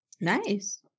nice